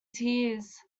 tears